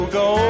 go